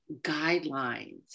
guidelines